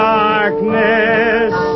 darkness